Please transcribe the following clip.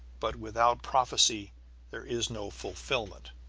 but without prophecy there is no fulfilment,